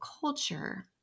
culture